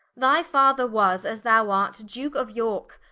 my father was as thou art, duke of yorke,